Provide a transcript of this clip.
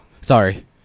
Sorry